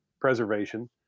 preservation